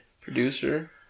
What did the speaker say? producer